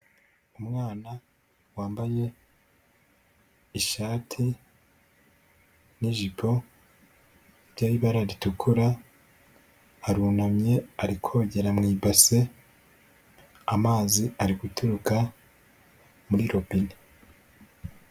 Umwana wambaye ishati n'ijipo ifite ibara ritukura, arunamye ari kogera mu ibase, amazi ari guturuka muri robine.